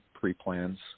pre-plans